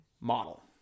model